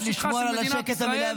נא לשמור על השקט במליאה.